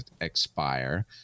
expire